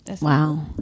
Wow